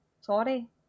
sorry